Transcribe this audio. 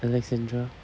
alexandra